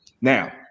Now